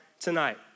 tonight